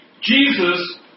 Jesus